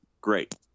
Great